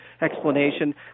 explanation